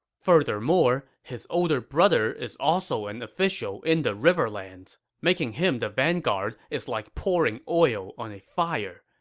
furthermore, his older brother is also an official in the riverlands. making him the vanguard is like pouring oil on a fire.